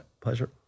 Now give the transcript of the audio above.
pleasure